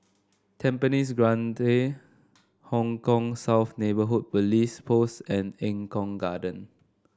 Tampines Grande Hong Kah South Neighbourhood Police Post and Eng Kong Garden